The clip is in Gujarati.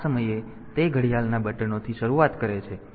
તેથી આ સમયે તે ઘડિયાળના બટનોથી શરૂઆત કરે છે